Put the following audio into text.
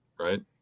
Right